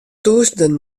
tûzenen